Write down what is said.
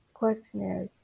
questionnaire